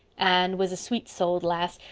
anne was a sweet-souled lass,